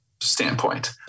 standpoint